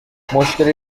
مشکلی